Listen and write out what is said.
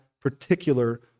particular